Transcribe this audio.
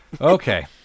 Okay